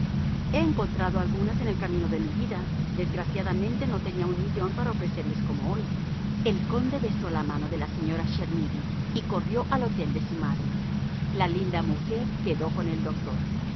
he encontrado algunas en el camino de mi vida desgraciadamente no tenía un millón para ofrecerles como hoy el conde besó la mano a la señora chermidy y corrió al hotel de su madre la linda mujer quedó con el doctor